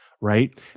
Right